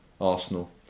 Arsenal